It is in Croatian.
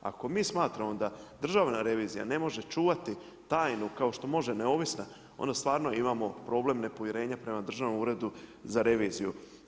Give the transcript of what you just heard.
Ako mi smatramo da Državna revizija ne može čuvati tajnu kao što može neovisna, onda stvarno imaju problem nepovjerenja prema Državnom uredu za reviziju.